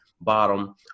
bottom